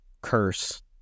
curse